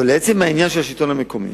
לעצם הנושא של השלטון המקומי,